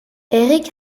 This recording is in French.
eric